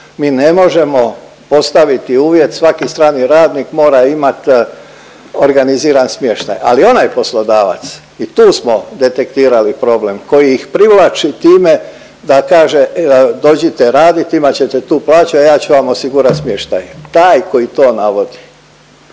Mi ne možemo postaviti uvjet, svaki strani radnik mora imat organiziran smještaj, ali onaj poslodavac i tu smo detektirali problem, koji ih privlači time da kaže dođite radit imat ćete tu plaću, a ja ću vam osigurat smještaj, taj koji to navodi